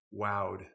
wowed